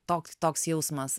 toks toks jausmas